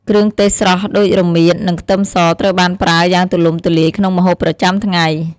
គ្រឿងទេសស្រស់ដូចរមៀត និងខ្ទឹមសត្រូវបានប្រើយ៉ាងទូលំទូលាយក្នុងម្ហូបប្រចាំថ្ងៃ។